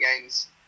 games